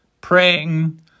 praying